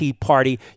party